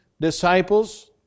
disciples